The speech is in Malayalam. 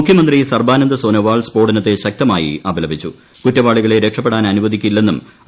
മുഖ്യമന്ത്രി സർബാനന്ദ സോനോവാൾ സ്ഫോടനത്തെ ശക്തമായി കുറ്റവാളികളെ രക്ഷപ്പെടാൻ അനുവദിക്കില്ലെന്നും അപലപിച്ചു